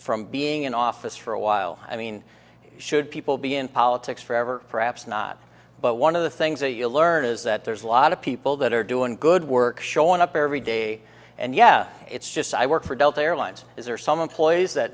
from being in office for a while i mean should people be in politics forever perhaps not but one of the things that you learn turn is that there's a lot of people that are doing good work showing up every day and yeah it's just i work for delta airlines is there some employees that